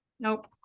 Nope